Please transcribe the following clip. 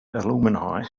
alumni